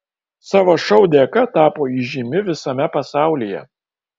savo šou dėka tapo įžymi visame pasaulyje